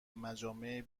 مجامع